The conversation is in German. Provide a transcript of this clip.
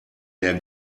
mehr